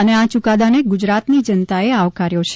અને આ યુકાદાને ગુજરાતની જનતાએ આવકાર્યો છે